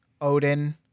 Odin